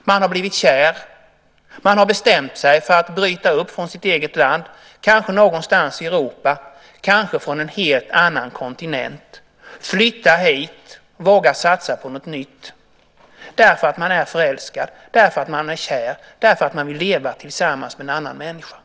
Man har blivit kär. Man har bestämt sig för att bryta upp från sitt eget land, kanske någonstans i Europa, kanske från en helt annan kontinent, flytta hit, våga satsa på något nytt - därför att man är förälskad, därför att man är kär, därför att man vill leva tillsammans med en annan människa.